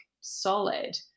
solid